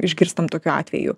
išgirstam tokiu atveju